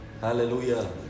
Hallelujah